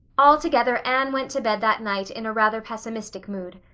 altogether, anne went to bed that night in a rather pessimistic mood.